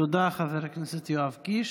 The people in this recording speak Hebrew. תודה, חבר הכנסת יואב קיש.